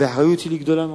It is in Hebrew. והאחריות שלי היא גדולה מאוד,